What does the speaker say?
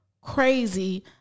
crazy